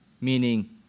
Meaning